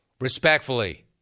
Respectfully